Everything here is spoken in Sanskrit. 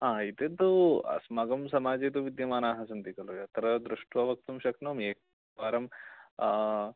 हा इदं तु अस्माकं समाजे तु विद्यमानाः सन्ति तत्र तु दृष्त्वा वक्तुं शक्नोमि एकवारं